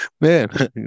man